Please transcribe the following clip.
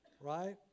Right